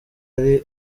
ari